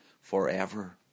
forever